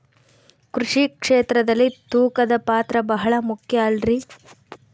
ಕೃಷಿ ಕ್ಷೇತ್ರದಲ್ಲಿ ತೂಕದ ಪಾತ್ರ ಬಹಳ ಮುಖ್ಯ ಅಲ್ರಿ?